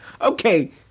Okay